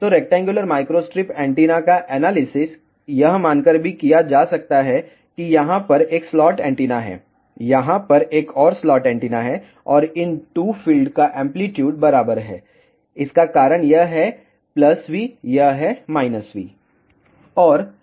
तो rectangular microstrip antenna का analysis यह मानकर भी किया जा सकता है कि यहाँ पर एक स्लॉट एंटीना है यहाँ पर एक और स्लॉट एंटीना है और इन 2 फील्ड का एंप्लीट्यूड बराबर है इसका कारण यह है V यह है V